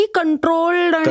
controlled